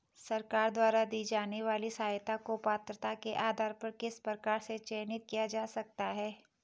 सरकार द्वारा दी जाने वाली सहायता को पात्रता के आधार पर किस प्रकार से चयनित किया जा सकता है?